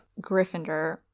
Gryffindor